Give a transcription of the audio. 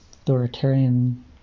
authoritarian